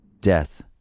Death